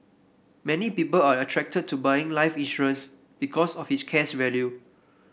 many people are attracted to buying life insurance because of its cash value